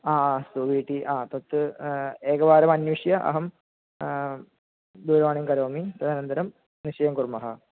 ह अस्तु वीटि तत् एकवारम् अन्विष्य अहं दूरवाणीं करोमि तदनन्तरं निश्चयं कुर्मः